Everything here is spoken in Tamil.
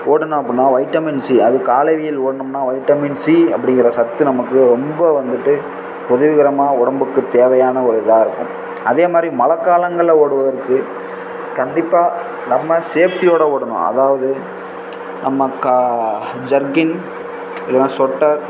ஓடினோம் அப்படின்னா வைட்டமின் சி அது காலை வெயில் ஓடினம்னா வைட்டமின் சி அப்படிங்கற சத்து நமக்கு ரொம்ப வந்துட்டு உதவிகரமாக உடம்புக்கு தேவையான ஒரு இதாக இருக்கும் அதே மாதிரி மழை காலங்களில் ஓடுவதற்கு கண்டிப்பாக நம்ம சேஃப்டியோடு ஓடணும் அதாவது நம்மக்காக ஜர்கின் இல்லைன்னா ஸ்வொட்டர்